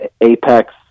Apex